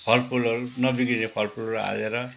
फलफुलहरू नबिग्रिने फलफुलहरू हालेर